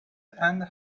and